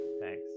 Thanks